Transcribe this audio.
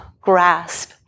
grasp